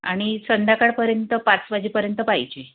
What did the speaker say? आणि संध्याकाळपर्यंत पाच वाजेपर्यंत पाहिजे